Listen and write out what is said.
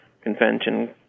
convention